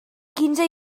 quinze